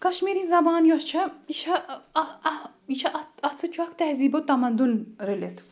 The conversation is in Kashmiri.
کَشمیٖری زَبان یۄس چھےٚ یہِ چھےٚ یہِ چھِ اَتھ اَتھ سۭتۍ چھُ اَکھ تہزیٖبو تَمَدُن رٔلِتھ